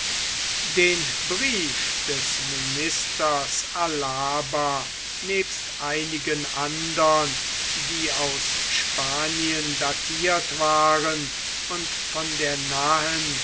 den brief des ministers alava nebst einigen andern die aus spanien datiert waren und von der nahen